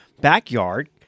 backyard